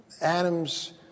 Adams